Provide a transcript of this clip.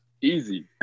Easy